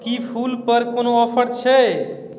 की फूल पर कोनो ऑफर छै